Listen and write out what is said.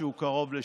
שהוא קרוב לשבירה.